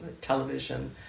television